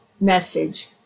message